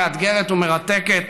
מאתגרת ומרתקת,